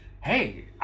hey